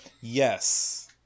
yes